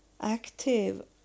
active